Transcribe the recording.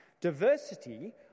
diversity